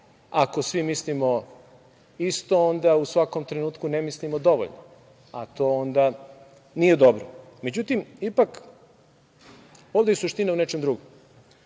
Ako svi mislimo isto, onda u svakom trenutku ne mislimo dovoljno, a to onda nije dobro.Međutim, ovde je suština u nečem drugom.